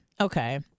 Okay